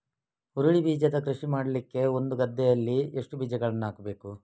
ಹುರುಳಿ ಬೀಜದ ಕೃಷಿ ಮಾಡಲಿಕ್ಕೆ ಒಂದು ಗದ್ದೆಯಲ್ಲಿ ಎಷ್ಟು ಬೀಜಗಳನ್ನು ಹಾಕಬೇಕು?